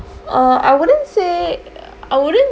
uh I wouldn't say I wouldn't